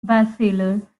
bestseller